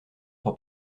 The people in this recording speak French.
pour